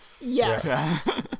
yes